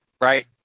right